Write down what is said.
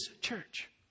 church